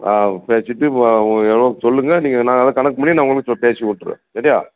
ஆ பேசிட்டு சொல்லுங்கள் நீங்கள் நான் அதெல்லாம் கணக்கு பண்ணி நான் உங்களுக்கு பேசிவிட்டுறேன் சரியா